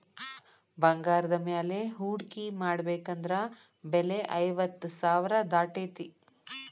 ಬಂಗಾರದ ಮ್ಯಾಲೆ ಹೂಡ್ಕಿ ಮಾಡ್ಬೆಕಂದ್ರ ಬೆಲೆ ಐವತ್ತ್ ಸಾವ್ರಾ ದಾಟೇತಿ